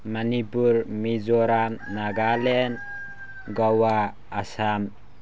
Manipur Mizoram Nagaland Goa Assam